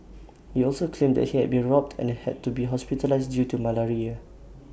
he also claimed that he had been robbed and had to be hospitalised due to malaria